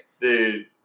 Dude